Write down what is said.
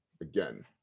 again